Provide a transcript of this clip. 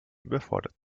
überfordert